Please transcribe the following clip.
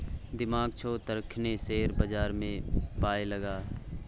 दिमाग छौ तखने शेयर बजारमे पाय लगा